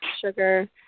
sugar